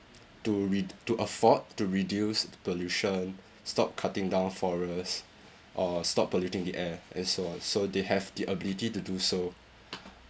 to red~ to afford to reduce pollution stop cutting down forests or stop polluting the air and so on so they have the ability to do so